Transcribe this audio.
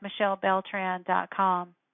michellebeltran.com